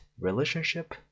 relationship